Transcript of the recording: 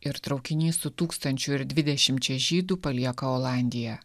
ir traukinys su tūkstančiu ir dvidešimčia žydų palieka olandiją